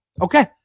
Okay